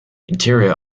interior